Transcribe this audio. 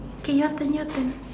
okay your turn your turn